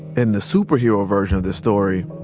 in the superhero version of this story,